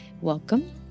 Welcome